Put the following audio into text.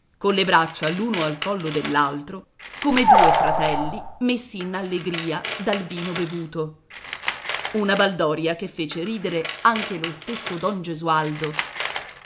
atroci colle braccia l'uno al collo dell'altro come due fratelli messi in allegria dal vino bevuto una baldoria che fece ridere anche lo stesso don gesualdo